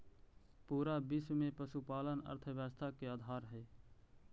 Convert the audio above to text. पूरा विश्व में पशुपालन अर्थव्यवस्था के आधार हई